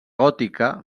gòtica